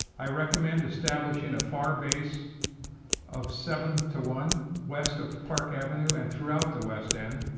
i recommend establishing a far base of seven to one west of park avenue and throughout the west end.